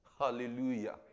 Hallelujah